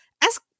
ask